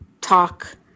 talk